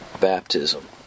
baptism